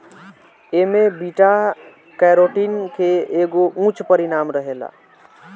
एमे beta carotene के एगो उच्च परिमाण रहेला